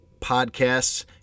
podcasts